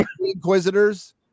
inquisitors